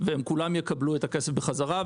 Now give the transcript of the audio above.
והם כולם יקבלו את הכסף בחזרה.